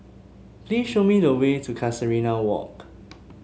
please show me the way to Casuarina Walk